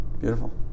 Beautiful